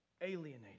alienated